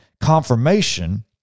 confirmation